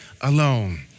alone